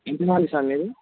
ఎంతమంది సార్ మీరు